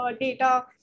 data